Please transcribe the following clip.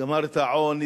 גמר את העוני,